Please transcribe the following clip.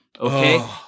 Okay